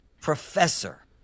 professor